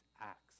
acts